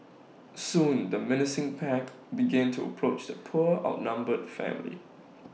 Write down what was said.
soon the menacing pack begin to approach the poor outnumbered family